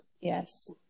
Yes